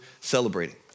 celebrating